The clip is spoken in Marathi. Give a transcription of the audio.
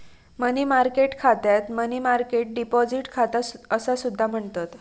मनी मार्केट खात्याक मनी मार्केट डिपॉझिट खाता असा सुद्धा म्हणतत